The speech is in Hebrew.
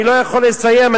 אני לא יכול לסיים.